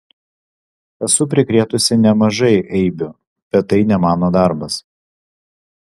esu prikrėtusi nemažai eibių bet tai ne mano darbas